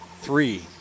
three